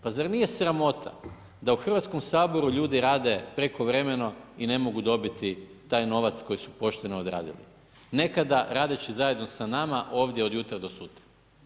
Pa zar nije sramota da u Hrvatsku saboru ljudi rade prekovremeno i ne mogu dobiti taj novac koji su pošteno odradili nekada radeći zajedno sa nama ovdje od jutra do sutra.